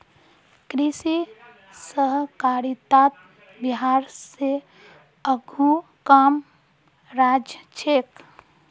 कृषि सहकारितात बिहार स आघु कम राज्य छेक